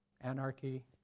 anarchy